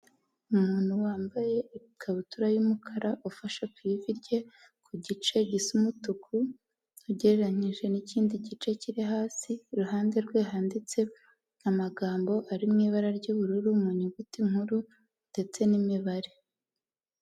Umuntu wambaye ikabutura y'umukara ufasha ku ivi rye ku gice gisa umutuku ugereranyije, n'ikindi gice kiri hasi iruhande rwe handitse amagambo ari mu ibara ry'ubururu mu nyuguti nkuru ndetse n'imibare.